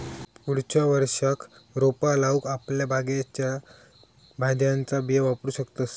पुढच्या वर्षाक रोपा लाऊक आपल्या बागेतल्या भाज्यांच्या बिया वापरू शकतंस